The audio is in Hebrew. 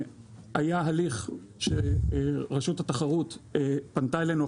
היה הליך שרשות התחרות פנתה אלינו,